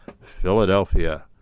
Philadelphia